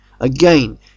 Again